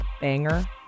banger